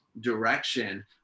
direction